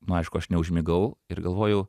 nu aišku aš neužmigau ir galvojau